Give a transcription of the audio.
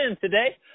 today